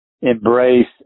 embrace